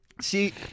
See